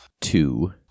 Two